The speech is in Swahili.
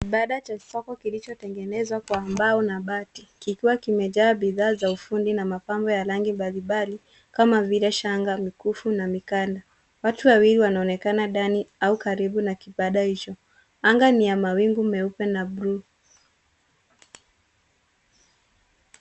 Kibanda cha soko kilichotengenezwa kwa mbao na bati, kikiwa kimejaa bidhaa za ufundi na mapambo ya rangi mbalimbali kama vile shanga, mikufu, na mikanda. Watu wawili wanaonekana ndani au karibu na kibanda hicho. Anga ni ya mawingu meupe na bluu.